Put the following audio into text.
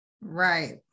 Right